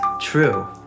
true